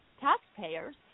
taxpayers